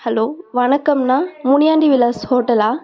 hello வணக்கம்ண்ணா முனியாண்டி விலாஸ் ஹோட்டலா